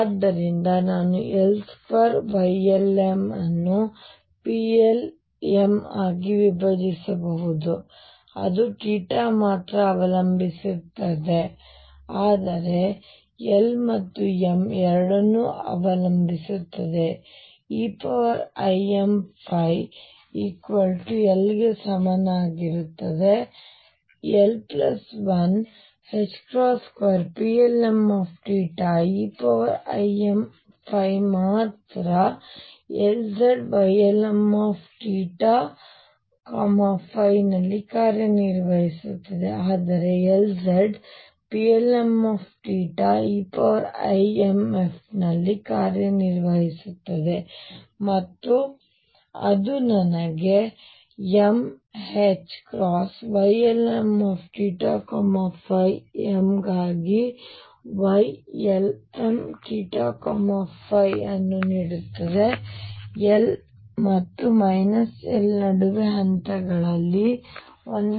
ಆದ್ದರಿಂದ ನಾನು L2 Ylm ಅನ್ನು Plm ಆಗಿ ವಿಭಜಿಸಬಹುದು ಅದು ಮಾತ್ರ ಅವಲಂಬಿಸಿರುತ್ತದೆ ಆದರೆ L ಮತ್ತು m ಎರಡನ್ನೂ ಅವಲಂಬಿಸಿರುತ್ತದೆ eimϕ l ಗೆ ಸಮಾನವಾಗಿರುತ್ತದೆ l 1 2Plmθ eimϕ ಮಾತ್ರ eimϕ ಮತ್ತು Lz Ylmθϕ ನಲ್ಲಿ ಕಾರ್ಯನಿರ್ವಹಿಸುತ್ತದೆ ಆದರೆ Lz Plmθ eimϕ ನಲ್ಲಿ ಕಾರ್ಯನಿರ್ವಹಿಸುತ್ತಿದೆ ಮತ್ತು ಅದು ನನಗೆ mℏYlmθϕ m ಗಾಗಿ Ylmθϕ ಅನ್ನು ನೀಡುತ್ತದೆ l ಮತ್ತು l ನಡುವೆ ಹಂತಗಳಲ್ಲಿ 1